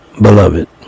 Beloved